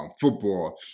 football